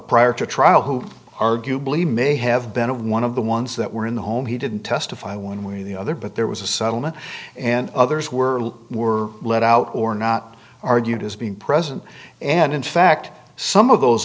prior to trial who arguably may have been one of the ones that were in the home he didn't testify one way or the other but there was a settlement and others were were let out or not argued as being present and in fact some of those